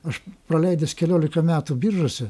aš praleidęs keliolika metų biržuose